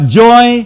joy